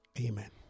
Amen